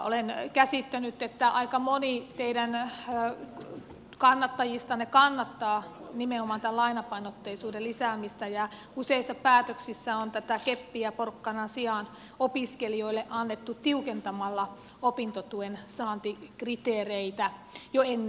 olen käsittänyt että aika moni teidän kannattajistanne kannattaa nimenomaan tämän lainapainotteisuuden lisäämistä ja useissa päätöksissä on tätä keppiä porkkanan sijaan opiskelijoille annettu tiukentamalla opintotuen saantikriteereitä jo ennestäänkin